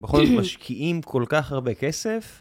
בכל זאת משקיעים כל-כך הרבה כסף.